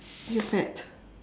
you fat